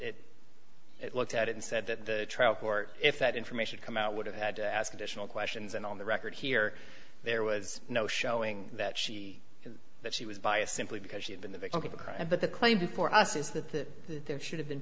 it looked at it and said that the trial court if that information come out would have had to ask additional questions and on the record here there was no showing that she that she was biased simply because she had been the victim of a crime and that the claim before us is that there should have been